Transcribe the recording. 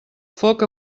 foc